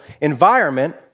environment